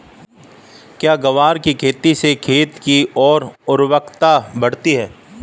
क्या ग्वार की खेती से खेत की ओर उर्वरकता बढ़ती है?